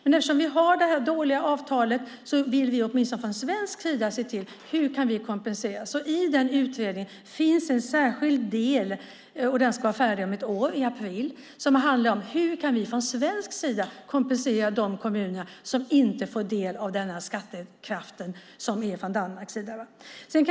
Eftersom vi har det här dåliga avtalet vill vi åtminstone från svensk sida se hur vi kan kompensera detta. I utredningen finns en särskild del som ska vara färdig om ett år, i april, och som handlar om hur vi från svensk sida kan kompensera de kommuner som inte får del av den skattekraft som finns från Danmarks sida.